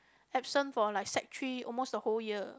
absent for like sec three almost the whole year